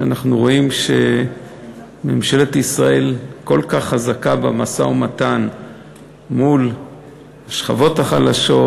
כשאנחנו רואים שממשלת ישראל כל כך חזקה במשא-ומתן מול השכבות החלשות,